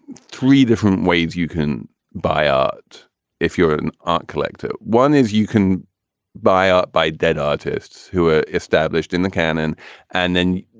three different ways you can buy out if you're an art collector. one is you can buy up by dead artists who are established in the canon and then, you